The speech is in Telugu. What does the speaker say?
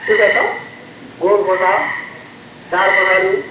చూపెడతాం గోల్కొండ